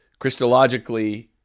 Christologically